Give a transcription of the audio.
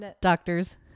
doctors